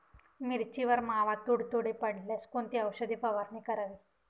मिरचीवर मावा, तुडतुडे पडल्यास कोणती औषध फवारणी करावी?